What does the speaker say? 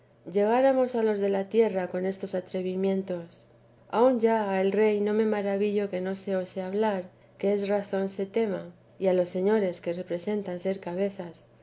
llegáramos a los de la tierra con estos atrevimientos aun ya al rey no me maravillo que no se ose hablar que es razón se tema y a los señores que representan ser cabezas